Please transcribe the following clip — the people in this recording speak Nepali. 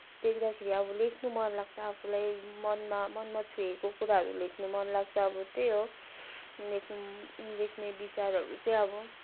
देख्दाखेरि अब लेख्न मनलाग्छ आफूलाई मनमा मनमा छोएको कुराहरू लेख्न मनलाग्छ अब त्यही हो लेख्ने लेख्ने विचारहरू चाहिँ अब